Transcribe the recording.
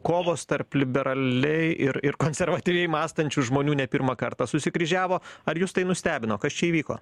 kovos tarp liberaliai ir ir konservatyviai mąstančių žmonių ne pirmą kartą susikryžiavo ar jus tai nustebino kad čia įvyko